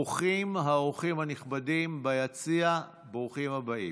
ברוכים האורחים הנכבדים ביציע, ברוכים הבאים.